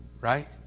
right